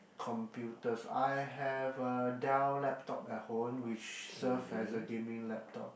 computers I have a Dell laptop at home which serve as a gaming laptop